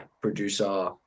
producer